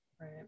right